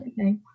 okay